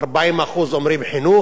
40% אומרים חינוך,